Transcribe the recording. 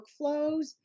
workflows